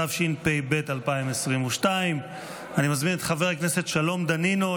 התשפ"ב 2022. אני מזמין את חבר הכנסת שלום דנינו,